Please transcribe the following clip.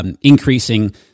increasing